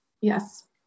Yes